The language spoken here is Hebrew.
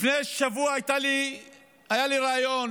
לפני שבוע היה לי ריאיון